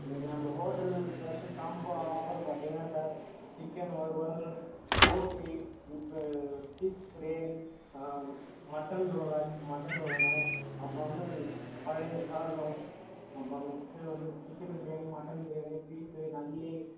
இன்னைக்கு நம்ம hotel special combo offer பார்த்தீங்கன்னா சார் சிக்கன் வறுவல் போட்டி ஃபிஷ் ஃப்ரை மட்டன் கோலா மட்டன் கோலாண்ண அப்புறம் வந்து பழைய சாதம் அப்புறம் நெக்ஸ்ட் வந்து chicken gravy mutton gravy beef நல்லி